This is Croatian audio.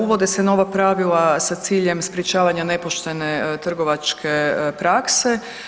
Uvode se nova pravila sa ciljem sprječavanja nepoštene trgovačke prakse.